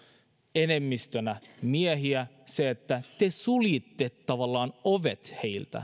enemmistönä miehiä se että te tavallaan suljitte ovet